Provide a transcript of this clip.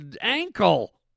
ankle